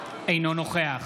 אינו נוכח